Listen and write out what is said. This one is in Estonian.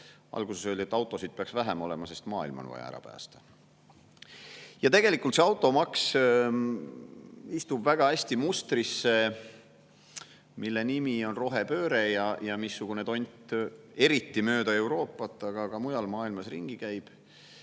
alguses öeldi, et autosid peaks vähem olema, sest maailm on vaja ära päästa. Tegelikult see automaks istub väga hästi mustrisse, mille nimi on rohepööre, ja see tont käib eriti mööda Euroopat, aga ka mujal maailmas ringi.